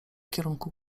kierunku